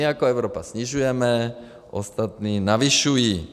My jako Evropa snižujeme, ostatní navyšují.